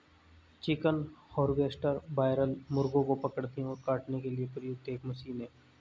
chicken harvester broiler मुर्गों को पकड़ने और काटने के लिए प्रयुक्त एक मशीन है